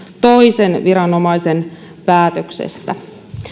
toisen viranomaisen päätöksestä